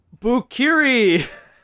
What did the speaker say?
bukiri